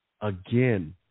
again